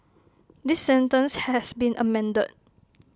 this sentence has been amended